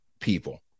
people